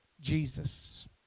Jesus